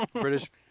British